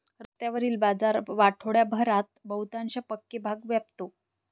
रस्त्यावरील बाजार आठवडाभरात बहुतांश पक्के भाग व्यापतो